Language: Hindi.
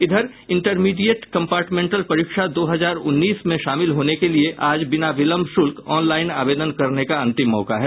इधर इंटरमीडिए कंपार्टमेंटल परीक्षा दो हजार उन्नीस में शामिल होने के लिये आज बिना बिलंव शुल्क ऑनलाइन आवेदन करने का अंतिम मौका है